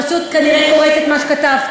את פשוט כנראה קוראת את מה שכתבתי.